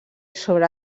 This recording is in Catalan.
sobre